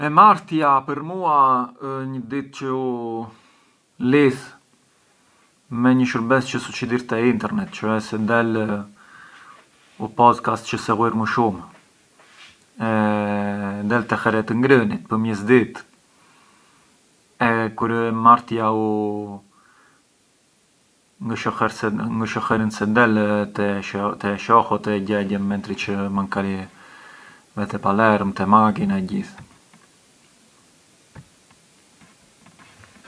Më përqen të spëndonj qëroin tim me miqt përçë comunqui me a famigghia kam i rrijtur sempri bashkë, e kontinuar të i rri bashkë e shihemi sempri, quindi ne se thua i lë e shiljir… e skartar tra la famiglia e miqë, a famigghia ngë e skartar miqët mënd i skartarsh e ë mirë të shkosh ca qëro me miqt, përçë vetëm me a famigghia ngë se mënd rrish sempri me a famigghia.